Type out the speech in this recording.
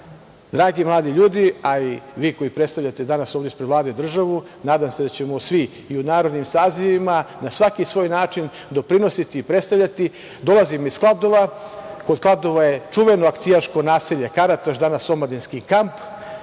trag. Dragi mladi ljudi, a i vi koji predstavljate danas ovde ispred Vlade državu, nadam se da ćemo svi i u narednim sazivima na svaki svoj način doprinositi i predstavljati, dolazim iz Kladova. Kod Kladova je čuveno akcijaško naselje Karataš, danas omladinski kamp,